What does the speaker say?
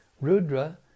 Rudra